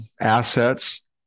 assets